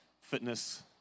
fitness